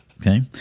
Okay